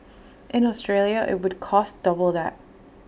in Australia IT would cost double that